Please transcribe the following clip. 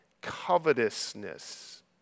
covetousness